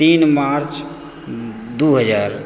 तीन मार्च दू हजार